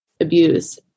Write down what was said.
abuse